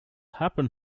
happen